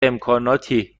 امکاناتی